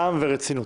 טעם ורצינות.